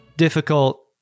Difficult